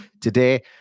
today